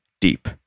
deep